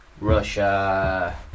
Russia